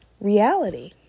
reality